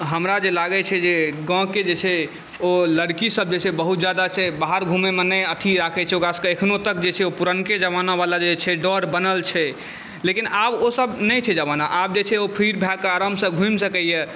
हमरा जे लागैत छै जे गाँवके जे छै ओ लड़कीसभ जे छै बहुत ज्यादा से बहार घुमयमे नहि अथी राखैत छै ओकरासभके एखनो तक जे छै पुरनके जमानावला जे छै डर बनल छै लेकिन आब ओसभ नहि छै जमाना आब जे छै ओ फ्री भएके आरामसँ घुमि सकैए